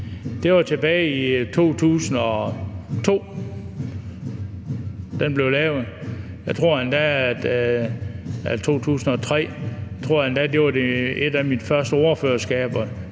Det var tilbage i 2002, at den blev lavet. Jeg tror endda, at det var under et af mine første ordførerskaber,